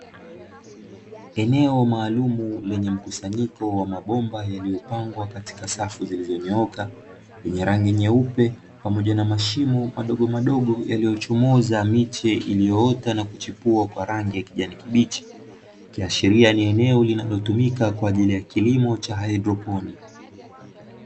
Eneo maalumu lenye mkusanyiko wa mabomba maalumu yaliyopangwa katika safu zilizonyooka, yenye rangi nyeupe pamoja na mashimo madogomadogo, yanayochomoza miche iliyoota na kuchipua kwa rangi ya kijani kibichi, ikiashiria ni eneo linalotumika kwa ajili ya kilimo cha haidroponi.